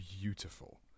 beautiful